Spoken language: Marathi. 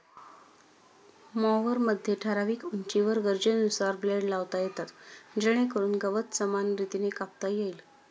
मॉवरमध्ये ठराविक उंचीवर गरजेनुसार ब्लेड लावता येतात जेणेकरून गवत समान रीतीने कापता येईल